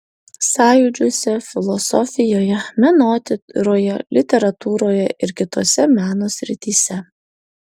sąjūdžiuose filosofijoje menotyroje literatūroje ir kitose meno srityse